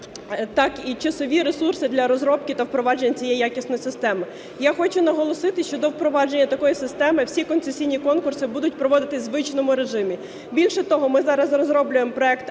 так і часові ресурси для розробки та впровадження цієї якісної системи. Я хочу наголосити, що до впровадження такої системи всі концесійні конкурси будуть проводитись у звичному режимі. Більше того, ми зараз розроблюємо проект